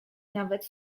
nawet